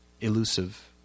elusive